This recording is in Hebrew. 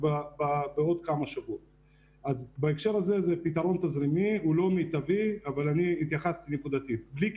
יש